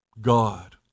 God